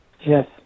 Yes